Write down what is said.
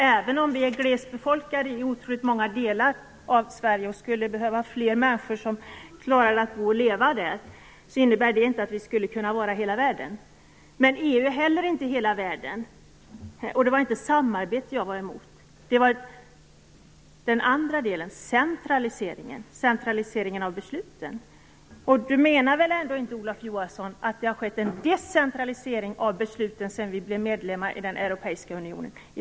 Även om otroligt många delar av Sverige är glesbefolkat och även om vi skulle behöva fler människor som klarade att bo och leva i de delarna innebär det inte att vi skulle kunna vara hela världen. Men EU är heller inte hela världen. Det var inte samarbete jag var emot. Det var den andra delen - centraliseringen av besluten. Olof Johansson menar väl ändå inte att det har skett en decentralisering av besluten sedan vi blev medlemmar i den europeiska unionen?